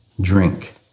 Drink